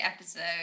episode